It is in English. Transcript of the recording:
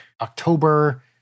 October